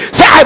Say